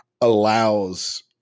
allows